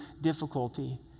difficulty